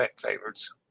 favorites